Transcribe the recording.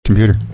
computer